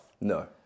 No